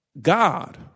God